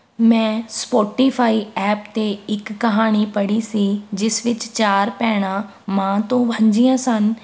ਮੈਂ Spotify app 'ਤੇ ਇੱਕ ਕਹਾਣੀ ਪੜ੍ਹੀ ਸੀ ਜਿਸ ਵਿੱਚ ਚਾਰ ਭੈਣਾਂ ਮਾਂ ਤੋਂ ਵਾਂਝੀਆਂ ਸਨ